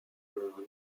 leurs